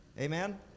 amen